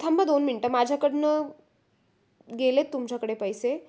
थांबा दोन मिनटं माझ्याकडून गेले आहेत तुमच्याकडे पैसे